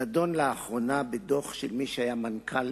נדון לאחרונה בדוח של מי שהיה מנכ"ל